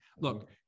Look